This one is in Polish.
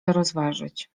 rozważyć